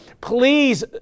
please